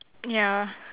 ya